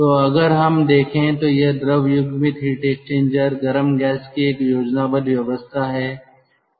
अब अगर हम देखें तो यह द्रव युग्मित हीट एक्सचेंजर गर्म गैस की एक योजनाबद्ध व्यवस्था है